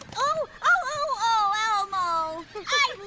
oh, oh elmo.